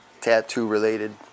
tattoo-related